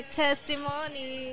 testimony